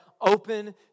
open